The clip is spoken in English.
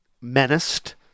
menaced